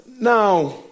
Now